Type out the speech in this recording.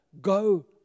go